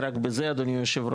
לדוגמה,